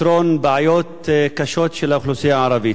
לפתרון בעיות קשות של האוכלוסייה הערבית.